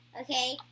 Okay